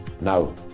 now